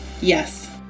yes